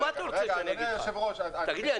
אדוני היושב-ראש --- תגיד לי,